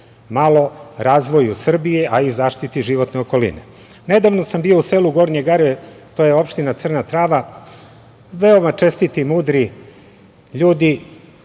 razvoju Srbije, a i zaštiti životne okoline. Nedavno sam bio u selu Gornje Gare, to je opština Crna Trava. Veoma čestiti, mudri ljudi